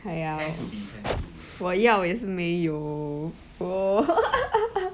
!haiya! 我要我也是没有 !whoa!